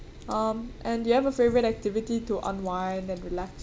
um and do you have a favourite activity to unwind and relax